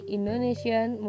Indonesian